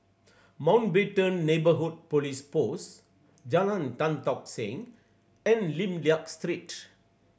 Mountbatten Neighbourhood Police Post Jalan Tan Tock Seng and Lim Liak Street